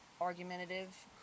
argumentative